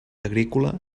agrícola